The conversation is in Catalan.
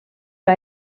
que